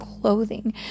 clothing